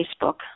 Facebook